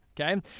okay